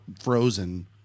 frozen